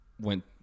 went